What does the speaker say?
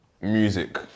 music